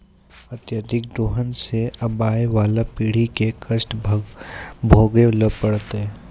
अत्यधिक दोहन सें आबय वाला पीढ़ी क कष्ट भोगै ल पड़तै